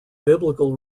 biblical